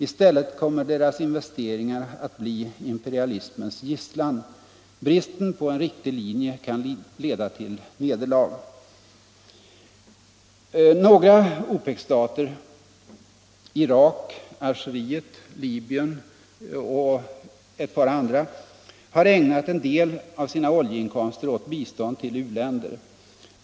I stället kommer deras investeringar att bli imperialismens gisslan. Bristen på en riktig linje kan leda till nederlag.” Några OPEC-stater — Irak, Algeriet, Libyen och ett par andra — har ägnat en del av sina oljeinkomster åt bistånd till u-länder.